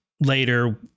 later